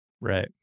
Right